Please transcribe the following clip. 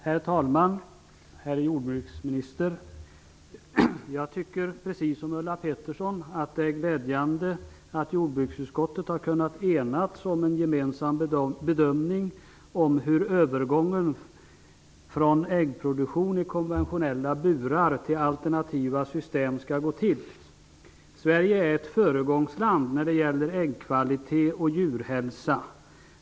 Herr talman! Herr jordbruksminister! Jag tycker, precis som Ulla Pettersson, att det är glädjande att jordbruksutskottet har kunnat ena sig kring en gemensam bedömning av hur övergången från äggproduktion i konventionella burar till alternativa system skall gå till. Sverige är ett föregångsland när det gäller äggkvalitet och djurhälsa.